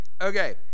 Okay